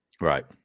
Right